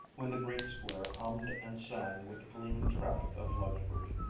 when the great square hummed and sang with the gleaming traffic of luxury.